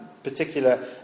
particular